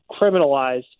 criminalized